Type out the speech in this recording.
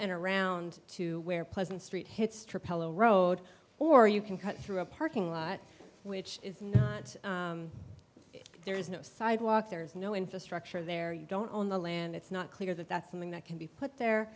and around to where pleasant street hits to pellow road or you can cut through a parking lot which is not there's no sidewalk there's no infrastructure there you don't own the land it's not clear that that's something that can be put